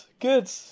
good